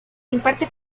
imparte